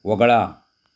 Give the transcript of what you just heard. वगळा